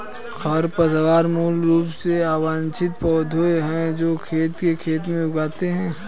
खरपतवार मूल रूप से अवांछित पौधे हैं जो खेत के खेत में उगते हैं